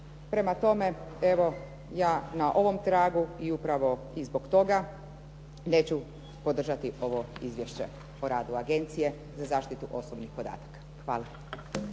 Prema tome, evo ja na ovom tragu i upravo i zbog toga neću podržati ovo izvješće o radu Agenciju za zaštitu osobnih podataka. Hvala.